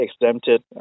exempted